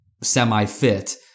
semi-fit